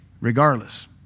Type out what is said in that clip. Regardless